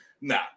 nah